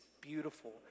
beautiful